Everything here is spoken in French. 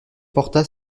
porta